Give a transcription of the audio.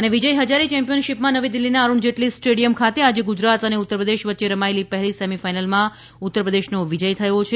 cricket Vijay Hazare ચેમ્પિયનશીપમાં નવી દિલ્હીના અરૂણ જેટલી સ્ટેડિયમ ખાતે આજે ગુજરાત અને ઉત્તરપ્રદેશ વચ્ચે રમાયેલી પહેલી સેમીફાઈનલમાં ઉત્તર પ્રદેશનો વિજય થયો છે